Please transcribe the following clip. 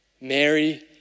Mary